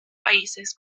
países